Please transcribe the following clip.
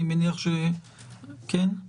אני, ובזום נמצאות היועצות המשפטיות שהן